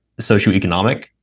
socioeconomic